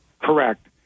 Correct